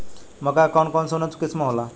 मक्का के कौन कौनसे उन्नत किस्म होला?